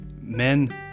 men